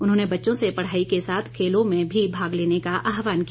उन्होंने बच्चों से पढ़ाई के साथ खेलों में भी भाग लेने का आहवान किया